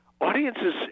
audiences